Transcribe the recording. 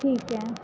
ठीक आहे